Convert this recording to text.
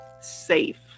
safe